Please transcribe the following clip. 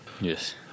Yes